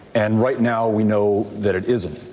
and right now, we know that it isn't.